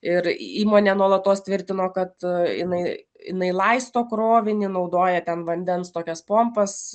ir įmonė nuolatos tvirtino kad jinai jinai laisto krovinį naudoja ten vandens tokias pompas